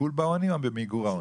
לטיפול בעוני או למיגור העוני?